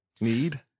need